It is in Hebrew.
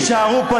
שיישארו פה,